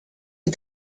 est